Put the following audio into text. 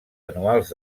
anuals